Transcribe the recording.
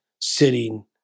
sitting